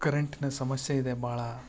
ಕರೆಂಟಿನ ಸಮಸ್ಯೆ ಇದೆ ಭಾಳ